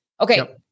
Okay